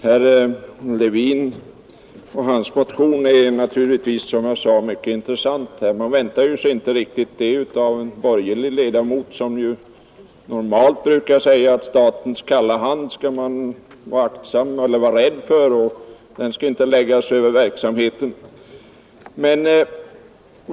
Herr talman! Herr Levins motion är, som jag sade, mycket intressant. Man väntar sig ju inte detta av en borgerlig ledamot, som normalt brukar säga att statens kalla hand skall man vara rädd för, och den skall inte läggas över företagsamheten.